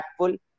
impactful